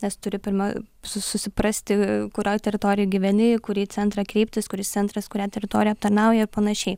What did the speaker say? nes turi pirma su susiprasti kurioj teritorijoj gyveni į kurį centrą kreiptis kuris centras kurią teritoriją aptarnauja ir panašiai